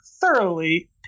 thoroughly